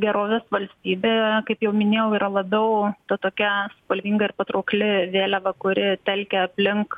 gerovės valstybė kaip jau minėjau yra labiau ta tokia spalvinga ir patraukli vėliava kuri telkia aplink